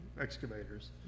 excavators